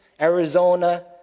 Arizona